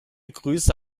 grüße